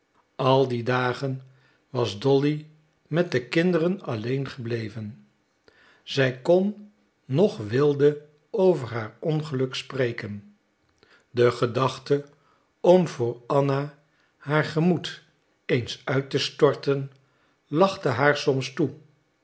al die dagen was dolly met de kinderen alleen gebleven zij kon noch wilde over haar ongeluk spreken de gedachte om voor anna haar gemoed eens uit te storten lachte haar soms toe